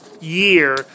year